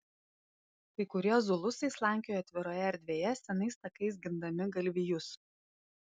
kai kurie zulusai slankiojo atviroje erdvėje senais takais gindami galvijus